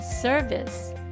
service